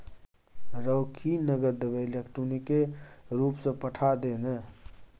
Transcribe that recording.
रौ की नगद देबेय इलेक्ट्रॉनिके रूपसँ पठा दे ने